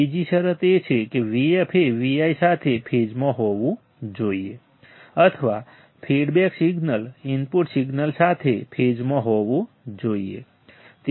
બીજી શરત એ છે કે Vf એ Vi સાથે ફેઝમાં હોવું જોઈએ અથવા ફીડબેક સિગ્નલ ઇનપુટ સિગ્નલ સાથે ફેઝમાં હોવું જોઈએ